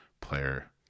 player